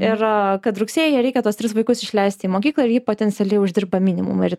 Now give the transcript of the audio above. ir kad rugsėjį reikia tuos tris vaikus išleisti į mokyklą ir ji potencialiai uždirba minimumą ir